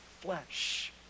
flesh